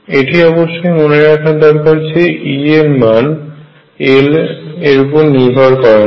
এটি অবশ্যই মনে রাখা দরকার যে E এর মান l উপর নির্ভর করে না